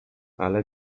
ale